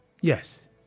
Yes